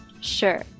Sure